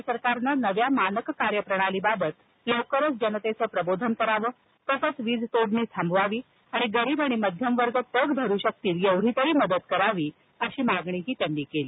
राज्य सरकारनं नव्या मानक कार्य प्रणालीबाबत लवकरच जनतेच प्रबोधन करावं तसंच वीज तोडणी थांबवावी आणि गरीब आणि मध्यम वर्ग तग धरू शकतील एवढी तरी मदत करावी अशी मागणीही त्यांनी केली